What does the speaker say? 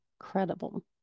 incredible